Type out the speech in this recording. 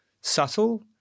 subtle